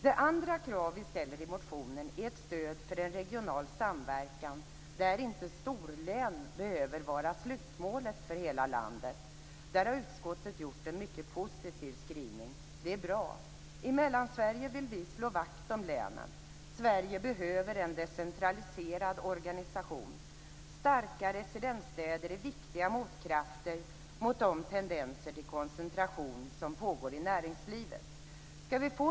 Det andra kravet vi ställer i motionen är ett stöd för regional samverkan där storlän inte behöver vara slutmålet för hela landet. Där har utskottet gjort en positiv skrivning. Det är bra. Vi vill slå vakt om länen i Mellansverige. Sverige behöver en decentraliserad organisation. Starka residensstäder är viktiga motkrafter mot de tendenser till koncentration som pågår i näringslivet.